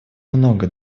много